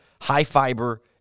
high-fiber